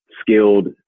skilled